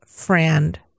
Friend